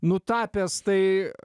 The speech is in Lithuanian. nutapęs tai